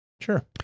Sure